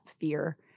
fear